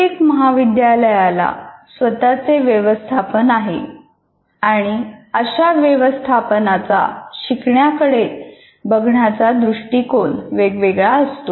प्रत्येक महाविद्यालयाला स्वतःचे व्यवस्थापन आहे आणि अशा व्यवस्थापनाचा शिकवण्याकडे बघण्याचा दृष्टिकोन वेगवेगळा असतो